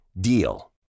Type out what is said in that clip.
DEAL